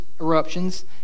eruptions